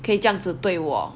可以这样子对我